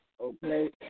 okay